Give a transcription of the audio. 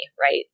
right